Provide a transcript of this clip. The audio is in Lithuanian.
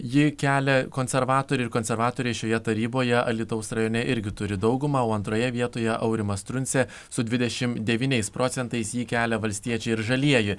jį kelia konservatoriai ir konservatoriai šioje taryboje alytaus rajone irgi turi daugumą o antroje vietoje aurimas truncėa su dvidešimt devyniais procentais jį kelia valstiečiai ir žalieji